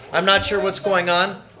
i'm not sure what's going on.